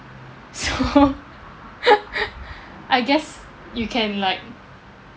so I guess you can like